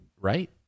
right